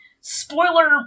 spoiler